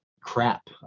Crap